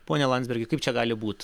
pone landsbergi kaip čia gali būt